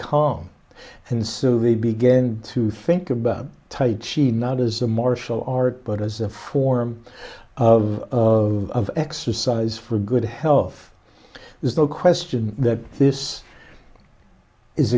calm and so they began to think about tight she not as a martial art but as a form of of exercise for good health there's no question that this is